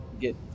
get